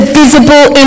visible